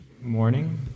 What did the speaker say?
morning